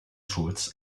source